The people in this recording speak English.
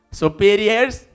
superiors